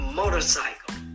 motorcycle